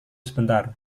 sebentar